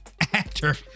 actor